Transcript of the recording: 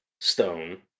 stone